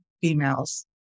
females